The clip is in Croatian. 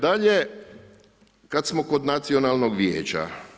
Dalje, kad smo kod Nacionalnog vijeća.